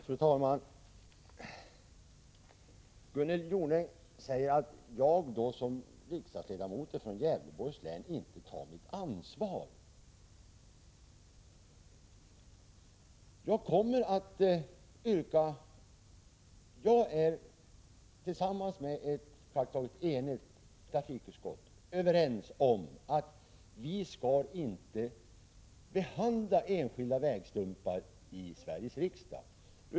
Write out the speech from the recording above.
Fru talman! Gunnel Jonäng säger att jag som riksdagsledamot från Gävleborgs län inte tagit ansvar. Tillsammans med ett praktiskt taget enigt trafikutskott anser jag att vi inte skall behandla enskilda vägavsnitt i Sveriges riksdag.